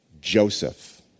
Joseph